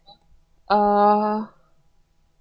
uh